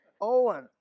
Owen